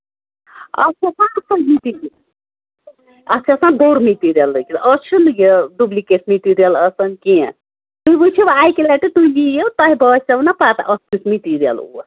اَتھ اوس نہ کھسان یوٗ ٹی جی اَتھ چھُ آسان دوٚر مِٹیٖریَلٕے لٲگِتھ أسۍ چھِنہٕ یہِ ڈُبلِکیٹ مِٹیٖریَل آسان کیٚنٚہہ تُہۍ وُچھِو اَکہِ لٹہِ تُہۍ یِیِو تۄہہِ باسیٚو نہ پَتہٕ اَتھ کُس مِٹیٖریَل اوس